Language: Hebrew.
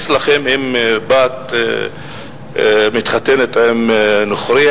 אצלכם אם בת מתחתנת עם נוכרי,